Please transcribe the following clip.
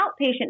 outpatient